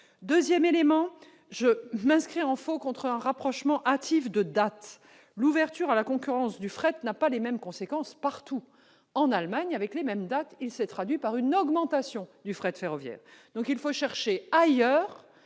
ailleurs, je m'inscris en faux contre un rapprochement hâtif des dates : l'ouverture à la concurrence du fret n'a pas eu les mêmes conséquences partout. En Allemagne, avec les mêmes dates, elle s'est traduite par une augmentation du fret ferroviaire. Il faut donc chercher ailleurs